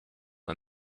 and